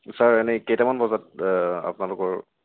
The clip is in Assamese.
ছাৰ এনেয়ে কেইটামান বজাত আপোনালোকৰ